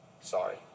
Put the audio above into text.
sorry